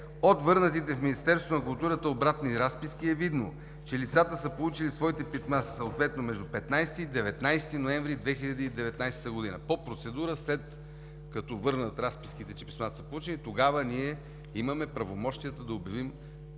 От върнатите в Министерството на културата обратни разписки е видно, че лицата са получили своите писма съответно между 15 и 19 ноември 2019 г. По процедура, след като върнат разписките, че писмата са получени, тогава ние имаме правомощията да обявим